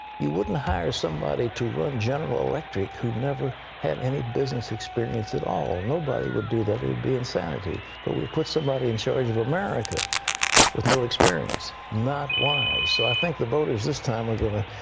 you wouldn't hire somebody to run general electric who never had any business experience at all. nobody would do that. it would be insanity. but we would put somebody in charge of america with no experience. not wise. so i think the voters this time are going to